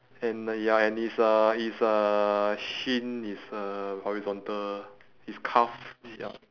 and the ya and his uh his uh shin is uh horizontal his calf ya